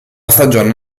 stagione